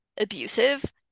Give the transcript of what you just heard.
abusive